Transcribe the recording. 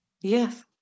Yes